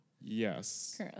Yes